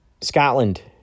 Scotland